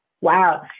wow